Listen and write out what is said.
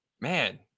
man